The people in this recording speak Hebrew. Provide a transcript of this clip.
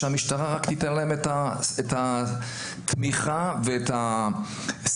ושהמשטרה רק תיתן להם את התמיכה ואת השמיכה